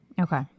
Okay